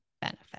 benefit